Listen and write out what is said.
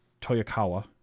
Toyokawa